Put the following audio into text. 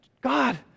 God